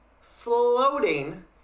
floating –